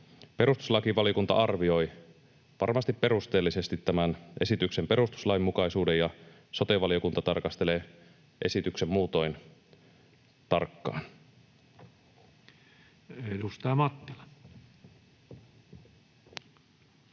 Perustuslakivaliokunta arvioi varmasti perusteellisesti tämän esityksen perustuslainmukaisuuden, ja sote-valiokunta tarkastelee esityksen muutoin tarkkaan. Edustaja Mattila.